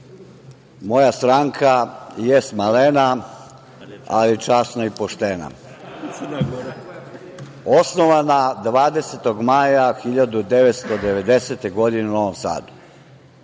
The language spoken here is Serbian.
moja stranka jeste malena, ali časna i poštena. Osnovana 20. maja 1990. godine u Novom Sadu.